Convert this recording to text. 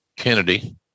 Kennedy